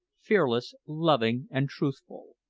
fearless, loving, and truthful.